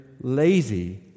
lazy